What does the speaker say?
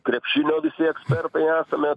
krepšinio visi ekspertai esame